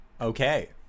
Okay